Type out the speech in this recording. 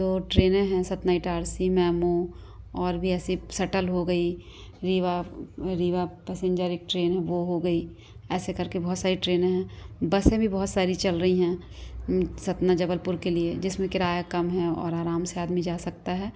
तो ट्रेनें हैं सतना इटारसी मैमू और भी ऐसी सटल हो गई रीवा रीवा पसिंजर एक ट्रेन है वो हो गई ऐसे करके बहुत सारी ट्रेनें हैं बसें भी बहुत सारी चल रही हैं सतना जबलपुर के लिए जिसमें किराया कम हैं और आराम से आदमी जा सकता है